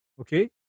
okay